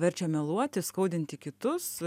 verčia meluoti skaudinti kitus